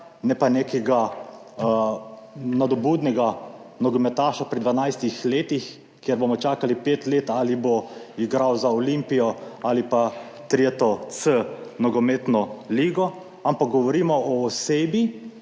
ne pa nekega nadobudnega nogometaša pri 12-ih letih, kjer bomo čakali pet let ali bo igral za Olimpijo ali pa tretjo C nogometno ligo, ampak govorimo o osebi,